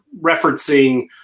referencing